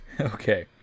Okay